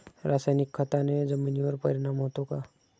रासायनिक खताने जमिनीवर परिणाम होतो का?